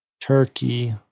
turkey